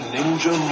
Ninja